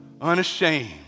unashamed